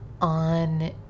on